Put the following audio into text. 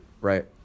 right